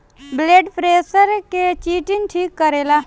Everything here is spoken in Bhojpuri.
ब्लड प्रेसर के चिटिन ठीक रखेला